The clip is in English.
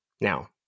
now